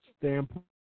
standpoint